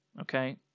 Okay